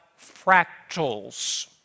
fractals